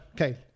Okay